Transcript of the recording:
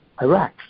Iraq